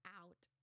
out